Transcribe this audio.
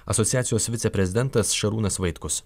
asociacijos viceprezidentas šarūnas vaitkus